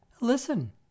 Listen